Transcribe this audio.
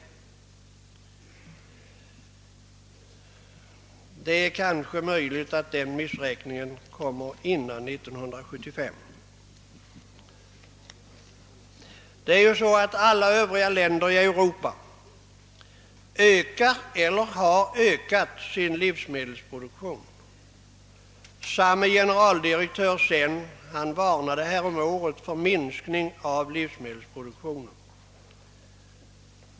Det är möjligt att vi ställs inför den före år 1975. Alla övriga länder i Europa ökar eller har ökat sin livsmedelsproduktion. Generaldirektör Sen varnade häromåret för en minskning av livsmedelsproduktionen.